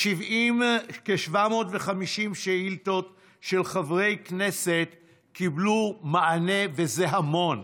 כ-750 שאילתות של חברי כנסת קיבלו מענה, וזה המון,